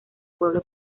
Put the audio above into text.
pueblo